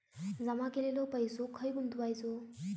जमा केलेलो पैसो खय गुंतवायचो?